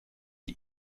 die